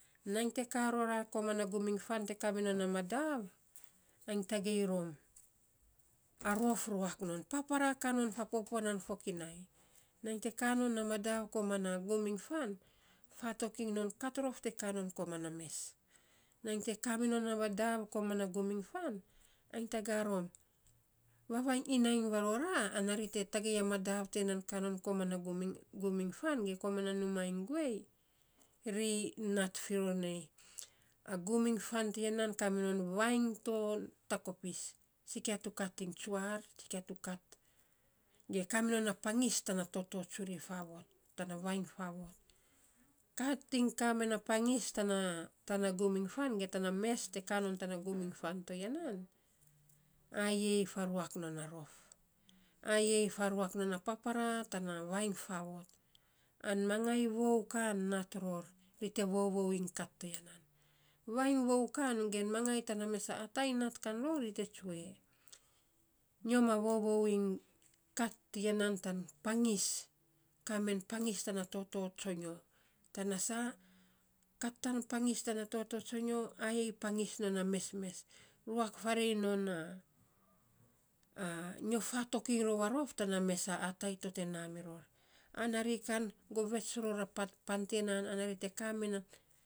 Nainy te kaa rora koman a gum ingan te kaminon a madav, ai tagei rom, a rof ruak non, papara kanon fapopuan nan fokinai. Nainy te kaa non a madav koman a gum infan fatok kain non katnrof te kaa non koman a mes, nainy te kaa non a madav koman na gum iny tagaa rom vavainy inainy varora, ana ri te tagei a madav tiya nan kaa non koman na gun iny gum iny fan ge koman a numaa iny guei, ri nat fo ror nei, a gu iny fan toya nan kaminon vainy ton takopis, tsikia tu kat iny tsuar tsikia tu kat kaminon a pangas tana toto tsri faavot, tana fainy faavot. Kat iny kaa men na pangis tana tana tana gum iny fan ge tana mes te kaa non tana gum iny fan toya nan, ovei faruak non a rof, ayei faruak non a papara tana vavainy faavot, an mangai vou kan nat ror ri te vovou iny kat toya nan. Vainy vou kan ge mangai tana mesa atai nat kan ror te te tsue, nyo ma vovou an kat tiya nan tan pangis, kaa men pangis, kaa men pangis tana toto tsonyo, tana saa kat tan pangis tana toto tsonyo, ayei pangis non a mesmes, ruak faarei non na nyo fatok iny ror a rof tana mesa atai to te naa miro, ana ri kan govets ror a pan pan tiyan nan ana ri te kaa mena.